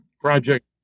project